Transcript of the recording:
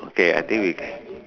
okay I think we